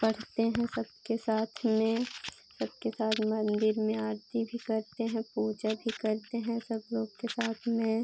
पढ़ते हैं सबके साथ में सबके साथ मन्दिर में आरती भी करते हैं पूजा भी करते हैं सब लोग के साथ में